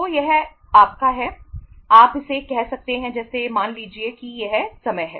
तो यह आपका है आप इसे कह सकते हैं जैसे मान लीजिए कि यह समय है